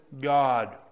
God